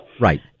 Right